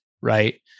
right